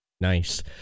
nice